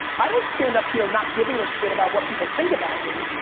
i don't stand up here not giving a shit about what people think about me.